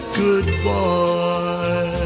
Goodbye